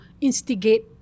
instigate